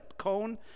cone